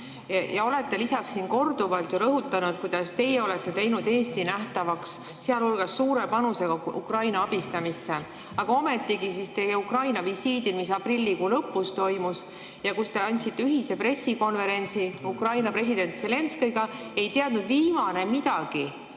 Olete lisaks siin korduvalt rõhutanud, kuidas teie olete teinud Eesti nähtavaks, sealhulgas suure panusega Ukraina abistamisse. Aga ometigi teie Ukraina visiidil, mis aprillikuu lõpus toimus ja kus te andsite ühise pressikonverentsi Ukraina presidendi Zelenskõiga, ei teadnud viimane midagi